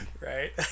Right